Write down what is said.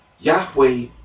Yahweh